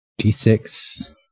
D6